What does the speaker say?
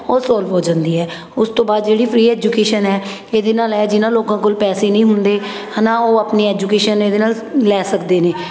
ਉਹ ਸੋਲਵ ਹੋ ਜਾਂਦੀ ਹੈ ਉਸ ਤੋਂ ਬਾਅਦ ਜਿਹੜੀ ਫਰੀ ਐਜੂਕੇਸ਼ਨ ਹੈ ਇਹਦੇ ਨਾਲ ਹੈ ਜਿਨ੍ਹਾਂ ਲੋਕਾਂ ਕੋਲ ਪੈਸੇ ਨਹੀਂ ਹੁੰਦੇ ਹੈ ਨਾ ਉਹ ਆਪਣੀ ਐਜੂਕੇਸ਼ਨ ਇਹਦੇ ਨਾਲ ਲੈ ਸਕਦੇ ਨੇ